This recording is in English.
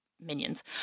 minions